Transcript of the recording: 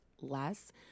less